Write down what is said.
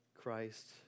Christ